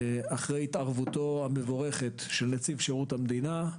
אחרי התערבות מבורכת של נציב שירות המדינה,